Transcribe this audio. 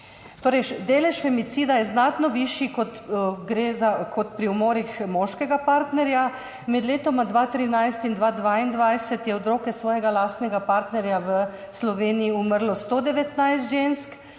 Torej, delež femicida je znatno višji kot pri umorih moškega partnerja. Med letoma 2013 in 2022 je od roke svojega lastnega partnerja v Sloveniji umrlo 119 žensk,